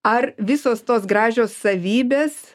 ar visos tos gražios savybės